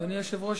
אדוני היושב-ראש,